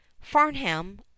Farnham